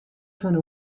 fan